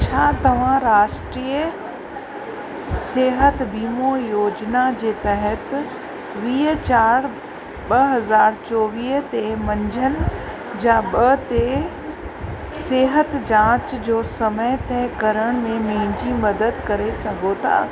छा तव्हां राष्ट्रीय सिहत वीमो योजना जे तहत वीह चारि ॿ हज़ार चोवीह ते मंझंदि जा ॿ ते सिहत जांच जो समय तय करण में मुंहिंजी मदद करे सघो था